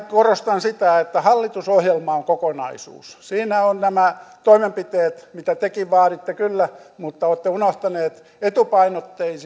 korostan sitä että hallitusohjelma on kokonaisuus siinä on nämä toimenpiteet mitä tekin vaaditte kyllä mutta olette unohtaneet etupainotteiset